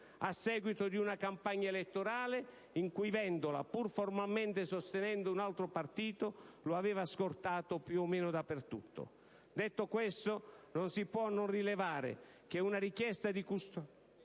a seguito di una campagna elettorale in cui Vendola, pur formalmente sostenendo un altro partito, lo aveva scortato più o meno dappertutto. Detto questo, non si può non rilevare che una richiesta di custodia